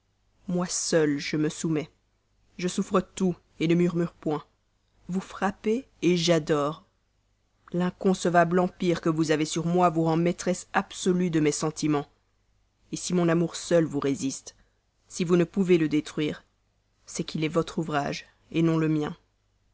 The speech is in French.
moi seul je me soumets je souffre tout ne murmure point vous frappez j'adore l'inconcevable empire que vous avez sur moi vous rend maîtresse absolue de mes sentiments si mon amour seul vous résiste si vous ne pouvez le détruire c'est qu'il est votre ouvrage non pas le mien